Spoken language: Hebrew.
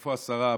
איפה השרה פנינה?